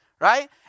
right